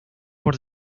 por